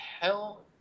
hell